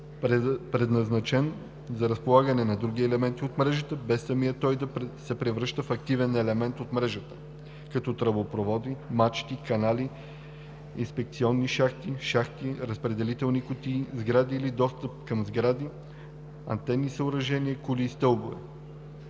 предназначен за разполагане на други елементи от мрежа, без самият той да се превръща в активен елемент от мрежата, като тръбопроводи, мачти, канали, инспекционни шахти, шахти, разпределителни кутии, сгради или подстъпи към сгради, антенни съоръжения, кули и стълбове.